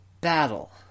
battle